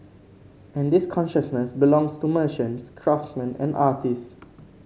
and this consciousness belongs to merchants craftsman and artist